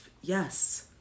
yes